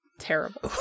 terrible